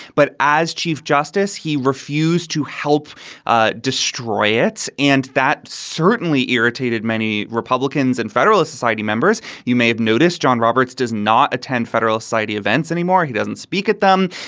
but as chief justice, he refused to help ah destroy ah it. and that certainly irritated many republicans and federalist society members. you may have noticed john roberts does not attend federal society events anymore. he doesn't speak at them.